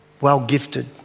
well-gifted